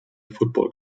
football